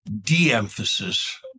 de-emphasis